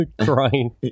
Crying